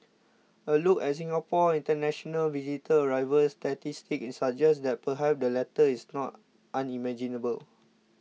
a look at Singapore's international visitor arrival statistics suggest that perhaps the latter is not unimaginable